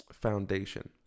foundation